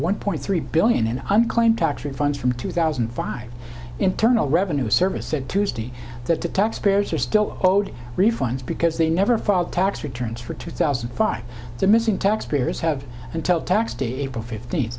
one point three billion in unclaimed tax refunds from two thousand and five internal revenue service said tuesday that the taxpayers are still owed refunds because they never filed tax returns for two thousand and five the missing taxpayers have until tax day april fifteenth